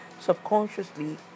subconsciously